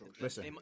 Listen